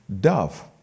dove